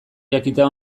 jakitea